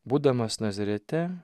būdamas nazarete